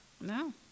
No